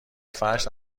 فرش